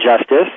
Justice